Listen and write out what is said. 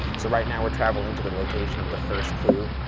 so right now we're traveling to the location of the first clue.